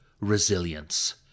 resilience